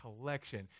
collection